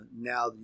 now